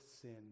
sin